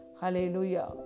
Hallelujah